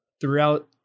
throughout